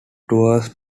tours